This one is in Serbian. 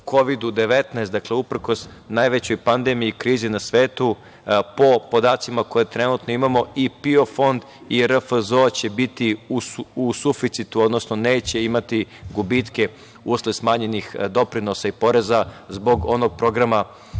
19, dakle uprkos najvećoj pandemiji krize na svetu po podacima koje trenutno imamo i PIO Fond i RFZO će biti u suficitu, odnosno neće imati gubitke usled smanjenih doprinosa i poreza zbog onog programa